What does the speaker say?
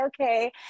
okay